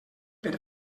per